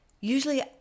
Usually